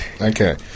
Okay